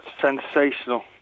sensational